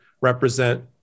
represent